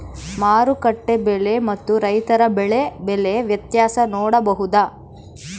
ಮಾರುಕಟ್ಟೆ ಬೆಲೆ ಮತ್ತು ರೈತರ ಬೆಳೆ ಬೆಲೆ ವ್ಯತ್ಯಾಸ ನೋಡಬಹುದಾ?